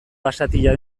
basatia